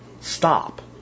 stop